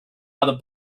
either